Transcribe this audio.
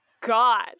god